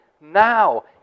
now